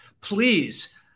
please